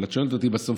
אבל את שואלת אותי בסוף,